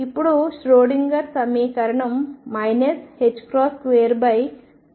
ఇప్పుడు ష్రోడింగర్ సమీకరణం 22mVxψEψ